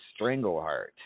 Strangleheart